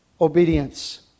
Obedience